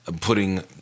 putting